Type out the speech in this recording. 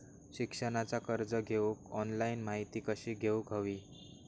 शिक्षणाचा कर्ज घेऊक ऑनलाइन माहिती कशी घेऊक हवी?